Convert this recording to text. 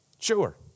Sure